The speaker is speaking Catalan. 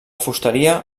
fusteria